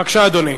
בבקשה, אדוני.